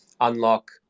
unlock